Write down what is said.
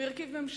הוא הרכיב ממשלה,